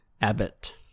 Abbott